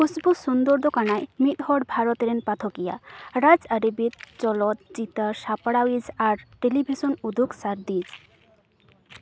ᱠᱷᱩᱥᱵᱩ ᱥᱩᱱᱫᱚᱨᱫᱚ ᱠᱟᱱᱟᱭ ᱢᱤᱫᱦᱚᱲ ᱵᱷᱟᱨᱚᱛᱨᱮᱱ ᱯᱟᱴᱷᱚᱠᱤᱭᱟᱹ ᱨᱟᱡᱟᱨᱤᱵᱤᱫᱽ ᱪᱚᱞᱚᱛ ᱪᱤᱛᱟᱹᱨ ᱥᱟᱯᱲᱟᱣᱤᱡ ᱟᱨ ᱴᱮᱞᱤᱵᱷᱤᱥᱚᱱ ᱩᱫᱩᱜ ᱥᱟᱨᱫᱤᱡᱽ